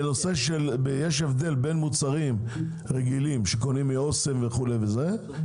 יש הבדל בין מוצרים רגילים שקונים מ"אסם" וכדומה,